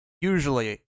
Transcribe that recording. usually